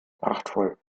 prachtvoll